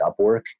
Upwork